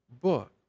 book